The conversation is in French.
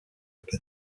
paix